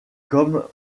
comme